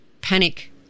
panic